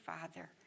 Father